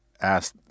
asked